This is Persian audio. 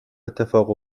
اتفاق